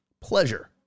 Pleasure